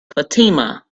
fatima